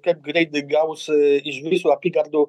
kaip greitai gaus iš visų apygardų